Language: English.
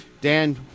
Dan